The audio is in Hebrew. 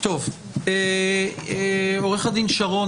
עוה"ד שרון,